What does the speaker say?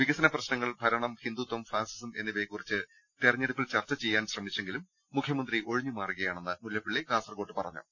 വികസന പ്രശ്നങ്ങൾ ഭരണം ഹിന്ദുത്വം ഫാസിസം എന്നിവ യെകുറിച്ച് തെരഞ്ഞെടുപ്പിൽ ചർച്ച ചെയ്യാൻ ശ്രമിച്ചെങ്കിലും മുഖ്യമന്ത്രി ഒഴിഞ്ഞുമാറുകയാണെന്ന് മുല്ലപ്പള്ളി കാസർകോട് പറഞ്ഞു